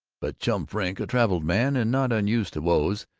but chum frink, a traveled man and not unused to woes,